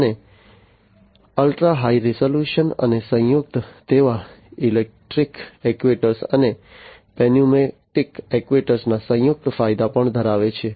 અને ultra high resolution અને સંયુક્ત તેઓ ઇલેક્ટ્રિક એક્ટ્યુએટર અને ન્યુમેટિક એક્ટ્યુએટરના સંયુક્ત ફાયદા પણ ધરાવે છે